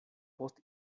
post